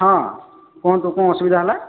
ହଁ କୁହନ୍ତୁ କଣ ଅସୁବିଧା ହେଲା